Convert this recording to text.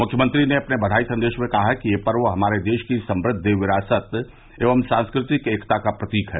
मुख्यमंत्री ने अपने बघाई संदेश में कहा कि यह पर्व हमारे देश की समृद्व विरासत एवं सांस्कृतिक एकता का प्रतीक है